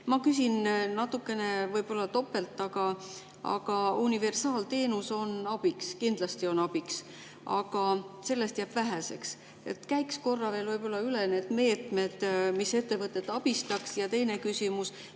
Ma küsin võib-olla natukene topelt. Universaalteenus on abiks, kindlasti on abiks, aga sellest jääb väheseks. Käiks korra veel üle need meetmed, mis ettevõtteid abistaks. Ja teine küsimus: